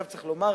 צריך לומר,